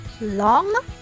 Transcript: long